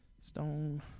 Stone